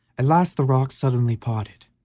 at last the rocks suddenly parted,